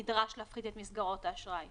נדרש להפחית את מסגרות האשראי.